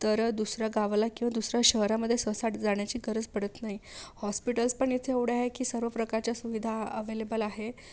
तर दुसऱ्या गावाला किंवा दुसऱ्या शहरामध्ये सहसा जाण्याची गरज पडत नाही हॉस्पिटल्स पण इथे एवढे आहे की सर्वप्रकारच्या सुविधा अव्हेलेबल आहेत